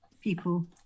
people